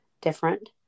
different